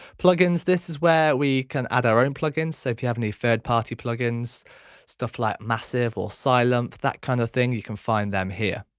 plugins this is where we can add our own plugins so if you have any third party plugins stuff like massive or silength that kind of thing you can find them here.